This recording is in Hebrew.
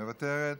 מוותרת,